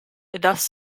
thus